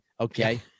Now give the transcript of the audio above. Okay